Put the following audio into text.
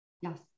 Yes